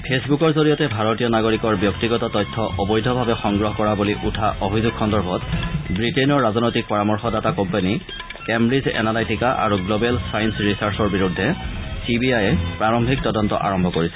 ফেচবুকৰ জৰিয়তে ভাৰতীয় নাগৰিকৰ ব্যক্তিগত তথ্য অবৈধভাৱে সংগ্ৰহ কৰা বুলি উঠা অভিযোগ ৰ সন্দৰ্ভত ব্ৰিটেইনৰ ৰাজনৈতিক পৰামৰ্শদাতা কোম্পানী কেম্ব্ৰিজ এনলাইটিকা আৰু গ্লবেল ছাইস ৰিচাৰ্ছৰ বিৰুদ্ধে চি বি আয়ে প্ৰাৰম্ভিক তদন্ত আৰম্ভ কৰিছে